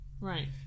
Right